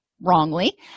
wrongly